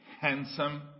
handsome